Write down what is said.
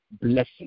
blessing